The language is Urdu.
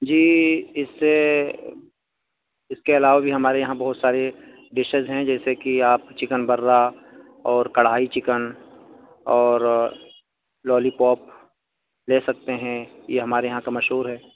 جی اس سے اس کے علاوہ بھی ہمارے یہاں بہت سارے ڈیشیز ہیں جیسے کہ آپ چکن برّا اور کڑھائی چکن اور لولی پوپ لے سکتے ہیں یہ ہمارے یہاں کا مشہور ہے